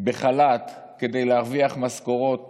בחל"ת כדי להרוויח משכורות